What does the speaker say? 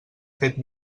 fet